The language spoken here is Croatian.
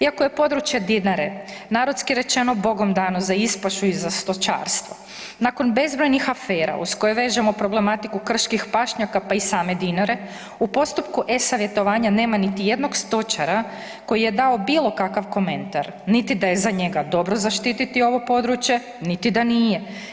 Iako je područje Dinare, narodski rečeno, Bogom dano za ispašu i za stočarstvo, nakon bezbrojnih afera uz koje vežemo problematiku krških pašnjaka, pa i same Dinare, u postupku e-Savjetovanja nema niti jednog stočara koji je dao bilo kakav komentar, niti da je za njega dobro zaštiti ovo područje niti da nije.